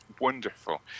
wonderful